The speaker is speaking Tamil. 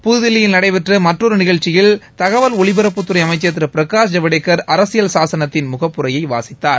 புதுதில்லியில் நடைபெற்ற மற்றொரு நிகழ்ச்சியல் தகவல் ஒலிபரப்புத்துறை அமைச்சர் திரு பிரகாஷ் ஜவடேக்கர் அரசியல் சாசனத்தின் முகப்புரையை வாசித்தார்